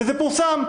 וזה פורסם,